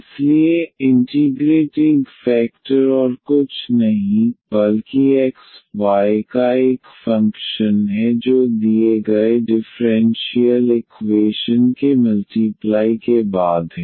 इसलिए integrating factor और कुछ नहीं बल्कि x y का एक फंक्शन है जो दिए गए डिफरेंशियल इक्वेशन के मल्टीप्लाई के बाद है